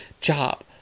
job